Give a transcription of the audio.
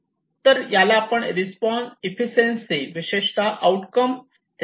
तर याला आपण रिस्पॉन्स एफिशियन्सी विशेषतः आउटकम एक्सपेक्टनसी असे म्हणू शकतो